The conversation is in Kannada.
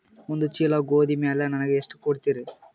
ಒಂದ ಚೀಲ ಗೋಧಿ ಮ್ಯಾಲ ನನಗ ಎಷ್ಟ ಕೊಡತೀರಿ?